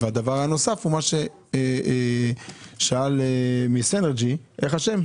והדבר הנוסף הוא מה ששאל מסינרג’י, איך השם?